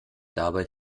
dabei